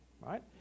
right